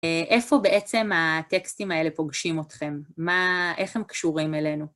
איפה בעצם הטקסטים האלה פוגשים אותכם? מה, איך הם קשורים אלינו?